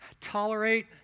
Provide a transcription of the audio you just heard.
tolerate